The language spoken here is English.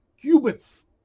Cubits